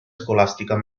scolastica